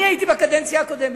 הייתי בקדנציה הקודמת,